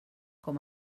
com